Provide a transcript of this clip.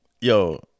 yo